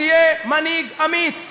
תהיה מנהיג אמיץ,